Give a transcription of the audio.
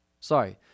Sorry